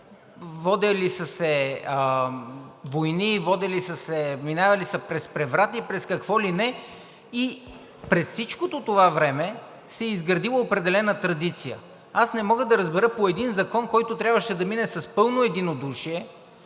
водили са се войни, минавали са през преврати, през какво ли не и през всичкото това време се е изградила определена традиция. Аз не мога да разбера по един закон, който трябваше да мине с пълно единодушие